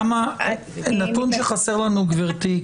נתון שחסר לנו, גברתי.